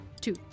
Two